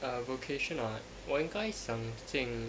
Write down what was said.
err vocation ah 我应该想进